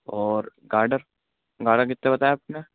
اور girder girder کتے بتائے آپ نے